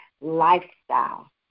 lifestyle